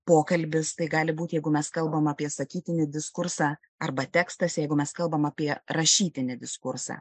pokalbis tai gali būti jeigu mes kalbam apie sakytinį diskursą arba tekstas jeigu mes kalbam apie rašytinį diskursą